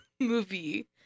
movie